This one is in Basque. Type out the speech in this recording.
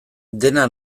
dena